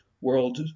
World